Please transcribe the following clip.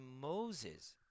Moses